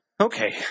Okay